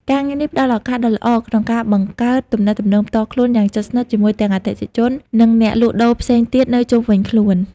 ការងារនេះផ្ដល់ឱកាសដ៏ល្អក្នុងការបង្កើតទំនាក់ទំនងផ្ទាល់ខ្លួនយ៉ាងជិតស្និទ្ធជាមួយទាំងអតិថិជន និងអ្នកលក់ដូរផ្សេងទៀតនៅជុំវិញខ្លួន។